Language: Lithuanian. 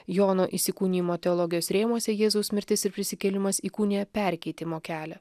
jono įsikūnijimo teologijos rėmuose jėzaus mirtis ir prisikėlimas įkūnija perkeitimo kelią